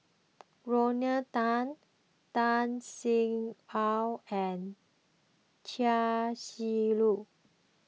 Rodney Tan Tan Sin Aun and Chia Shi Lu